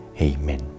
Amen